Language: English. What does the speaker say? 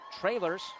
trailers